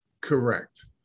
Correct